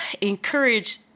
encourage